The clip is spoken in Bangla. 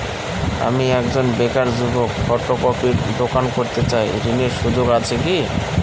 আমি একজন বেকার যুবক ফটোকপির দোকান করতে চাই ঋণের সুযোগ আছে কি?